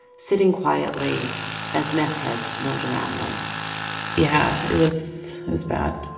sitting quietly as meth heads milled around them yeah it was it was bad